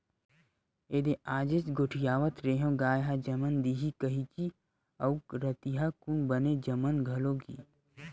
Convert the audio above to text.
एदे आजेच गोठियावत रेहेंव गाय ह जमन दिही कहिकी अउ रतिहा कुन बने जमन घलो गे